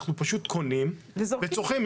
אנחנו פשוט קונים וצורכים.